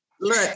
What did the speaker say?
Look